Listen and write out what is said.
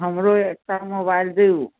हमरो एकटा मोबाइल दू